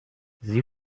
sie